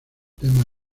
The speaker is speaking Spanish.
tema